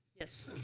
yes.